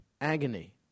agony